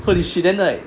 holy shit then like